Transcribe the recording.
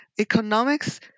Economics